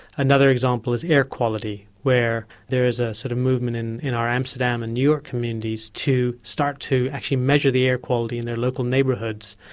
another example is air quality, where there is a sort of movement in in our amsterdam and new york communities to start to actually measure the air quality in their local neighbourhoods.